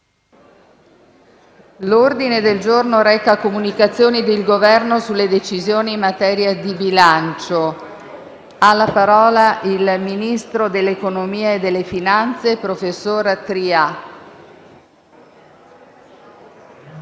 L'ordine del giorno reca: «Comunicazioni del Governo sulle decisioni in materia di bilancio». Ha facoltà di parlare il ministro dell'economia e delle finanze, professor Tria.